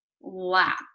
lap